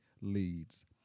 leads